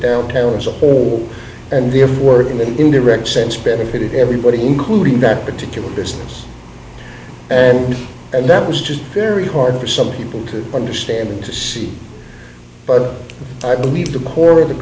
downtown as a whole and the of work in an indirect sense benefited everybody including that particular business and and that was just very hard for some people to understand and to see but i believe the horror of the